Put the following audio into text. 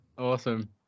Awesome